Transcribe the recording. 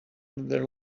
their